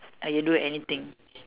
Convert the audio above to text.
I can do anything